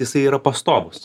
jisai yra pastovus